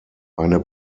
eine